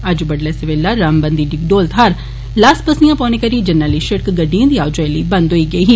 अज्ज बड्डलै सवेला रामबन दी डिगडोल थाहर लास पस्सियां पौने करी जरनैली सिड़क गड्डिएं दी आओ जाई लेई बंद हेई गेई ही